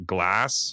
Glass